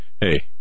hey